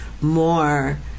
more